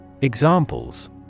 Examples